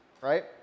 right